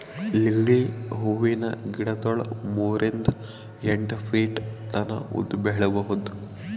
lily ಹೂವಿನ ಗಿಡಗೊಳ್ ಮೂರಿಂದ್ ಎಂಟ್ ಫೀಟ್ ತನ ಉದ್ದ್ ಬೆಳಿಬಹುದ್